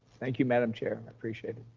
thank you, madam chair. i appreciate it.